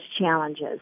challenges